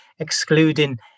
Excluding